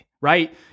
right